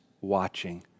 watching